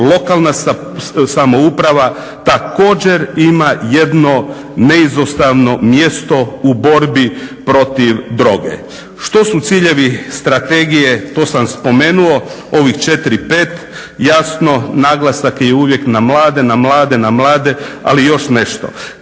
lokalna samouprava također ima jedno neizostavno mjesto u borbi protiv droge. Što su ciljevi strategije, to sam spomenuo, ovih 4, 5, jasno naglasak je i uvijek na mlade, na mlade, na mlade, ali još nešto